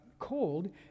cold